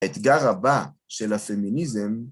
האתגר הבא של הפמיניזם